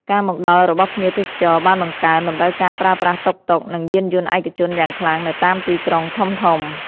ការមកដល់របស់ភ្ញៀវទេសចរបានបង្កើន តម្រូវការប្រើប្រាស់តុកតុក និងយានយន្តឯកជនយ៉ាងខ្លាំងនៅតាមទីក្រុងធំៗ។